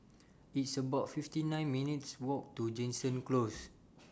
It's about fifty nine minutes' Walk to Jansen Close